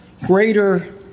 greater